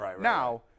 Now